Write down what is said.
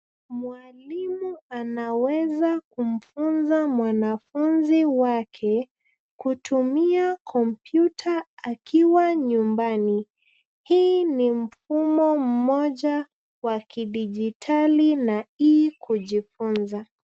Mwalimu anaweza kumfunza mwanafunzi wake kutumia kompyuta akiwa nyumbani. Hii ni mfumo mmoja wa kidijitali na hii kujifunza.